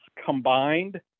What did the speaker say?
Combined